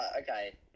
okay